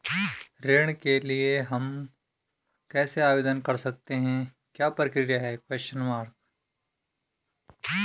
ऋण के लिए हम कैसे आवेदन कर सकते हैं क्या प्रक्रिया है?